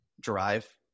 drive